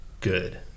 good